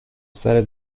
سرت